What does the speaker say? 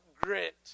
grit